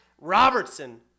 Robertson